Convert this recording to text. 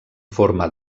forma